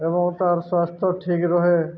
ଏବଂ ତାର୍ ସ୍ୱାସ୍ଥ୍ୟ ଠିକ ରହେ